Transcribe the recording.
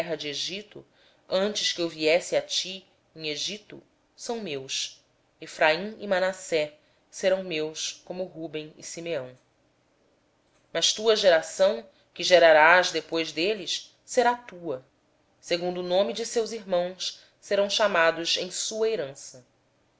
terra do egito antes que eu viesse a ti no egito são meus efraim e manassés serão meus como rúben e simeão mas a prole que tiveres depois deles será tua segundo o nome de seus irmãos serão eles chamados na sua herança